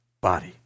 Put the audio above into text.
body